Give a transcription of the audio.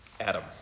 Adam